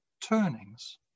turnings